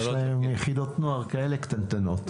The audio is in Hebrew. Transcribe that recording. יש להם יחידות נוער כאלה קטנטנות,